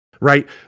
right